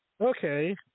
Okay